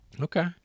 Okay